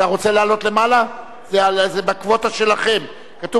עברה בקריאה טרומית